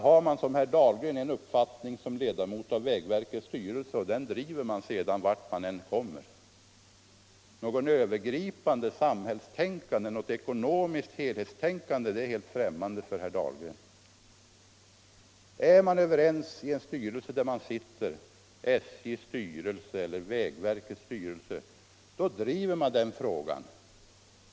Har man som herr Dahlgren en uppfattning som ledamot av vägverkets styrelse, så driver man den sedan vart man än kommer. Ett ekonomiskt helhetstänkande, ett samhällstänkande är fullständigt främmande för herr Dahlgren. Är man överens i en fråga inom en styrelse där man sitter — SJ:s styrelse eller vägverkets styrelse — då driver man den frågan.